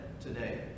today